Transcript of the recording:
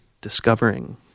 discovering